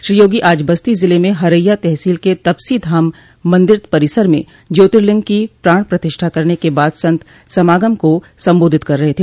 श्री योगी आज बस्ती जिले में हरैया तहसील के तपसी धाम मंदिर परिसर में ज्योतिलिंग की प्राण प्रतिष्ठा करने के बाद संत समागम को संबोधित कर रहे थे